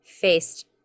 faced